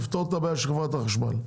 נפתור את הבעיה של חברת החשמל.